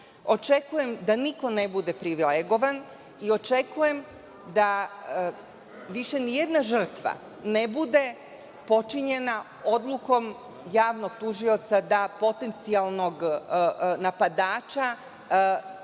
očekujem da niko ne bude privilegovan i očekujem da više nijedna žrtva ne bude počinjena odlukom javnog tužioca da potencijalnog napadača